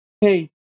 Hey